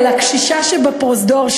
הקשישה שבפרוזדור,